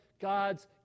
God's